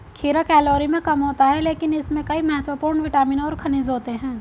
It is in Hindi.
खीरा कैलोरी में कम होता है लेकिन इसमें कई महत्वपूर्ण विटामिन और खनिज होते हैं